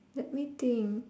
let me think